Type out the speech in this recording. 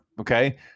okay